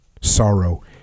sorrow